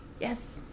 yes